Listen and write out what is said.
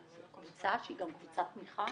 קבוצה שהיא גם קבוצת תמיכה,